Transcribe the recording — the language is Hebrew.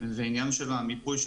וזה עניין של המיפוי של